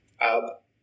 up